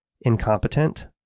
incompetent